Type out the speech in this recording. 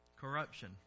Corruption